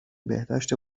بهداشت